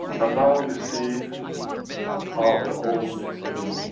and, now you see how the old meets the new.